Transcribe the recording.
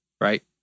Right